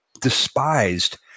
despised